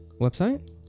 website